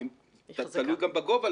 תלוי גם בגובה,